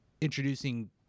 introducing